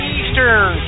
Eastern